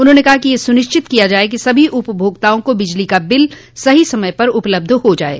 उन्होंने कहा कि यह सुनिश्चित किया जाये सभी उपभोक्ताओं को बिजली का बिल सही समय पर उपलब्ध हो जाये